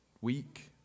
week